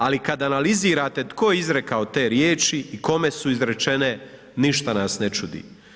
Ali kad analizirate tko je izrekao te riječi i kome su izrečene, ništa nas ne čudi.